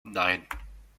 nein